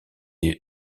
feux